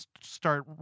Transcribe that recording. start